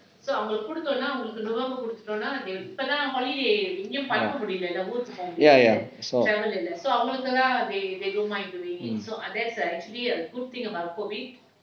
ya ya I saw mm